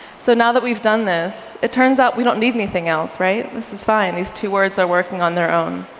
so now that we've done this, it turns out we don't need anything else, right? this is fine. these two words are working on their own.